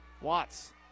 Watts